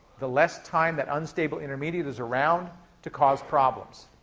the less time that unstable intermediate is around to cause problems.